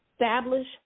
establish